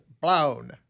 blown